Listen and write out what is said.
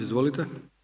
Izvolite!